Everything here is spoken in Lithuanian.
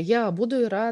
jie abudu yra